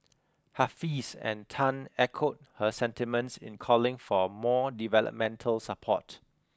Hafiz and Tan echoed her sentiments in calling for more developmental support